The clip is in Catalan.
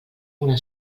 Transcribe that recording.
una